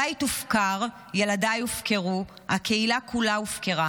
הבית הופקר, ילדיי הופקרו, הקהילה כולה הופקרה.